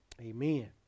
Amen